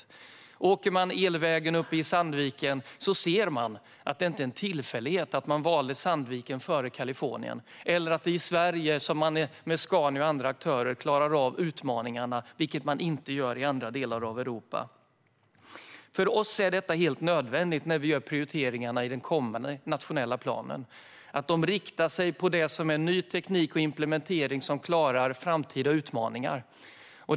Om man åker på elvägen uppe i Sandviken ser man att det inte är en tillfällighet att Sandviken valdes framför Kalifornien. Det är heller ingen tillfällighet att det är i Sverige, med Scania och andra aktörer, som man klarar av utmaningarna, vilket man inte gör i andra delar av Europa. För oss är detta helt nödvändigt när vi gör prioriteringarna i den kommande nationella planen. De riktas mot det som är ny teknik och implementering som klarar framtida utmaningar.